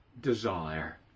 desire